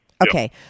okay